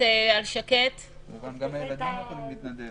גם הילדים יכולים להתנדב.